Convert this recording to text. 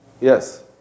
Yes